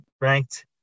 ranked